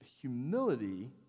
Humility